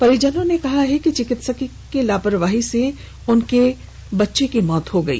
परिजनों ने कहा है कि चिकित्सक की लापरवाही से उनके बेटे की मौत हो गयी